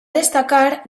destacar